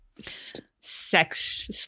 sex